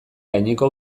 gaineko